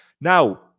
Now